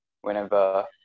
whenever